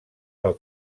del